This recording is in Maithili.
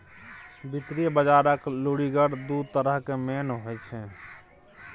वित्तीय बजारक लुरिगर दु तरहक मेन होइ छै